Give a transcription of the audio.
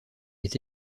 est